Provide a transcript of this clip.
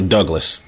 Douglas